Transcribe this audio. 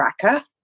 tracker